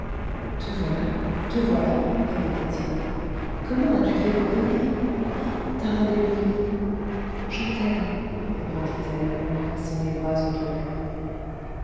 te voilà te voilà répétait-il comment as-tu fait pour venir ah ta robe est mouillée je t'aime répondit-elle en lui passant les bras autour du cou